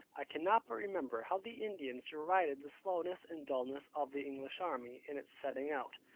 i cannot but remember how the indians derided the slowness, and dullness of the english army, in its setting out.